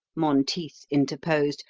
monteith interposed,